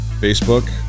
Facebook